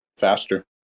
faster